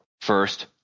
first